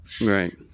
Right